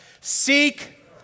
seek